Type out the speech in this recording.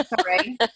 Sorry